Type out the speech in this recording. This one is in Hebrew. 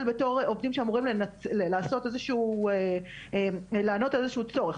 בתור עובדים שצריכים לענות לנו על איזה שהוא צורך,